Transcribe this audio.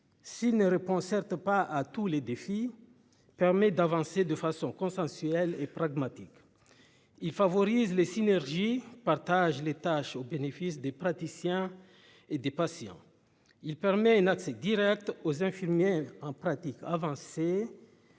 S'il ne répond certes pas à tous les défis, permet d'avancer de façon consensuelle et pragmatique. Il favorise les synergies partage les tâches au bénéfice des praticiens et des patients. Il permet un accès Direct aux infirmières en pratique avancée.